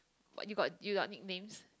you got you got nicknames